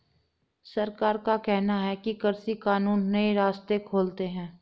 सरकार का कहना है कि कृषि कानून नए रास्ते खोलते है